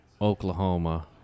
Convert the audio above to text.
Oklahoma